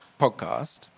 podcast